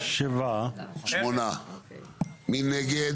הצבעה בעד, 8 נגד,